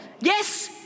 Yes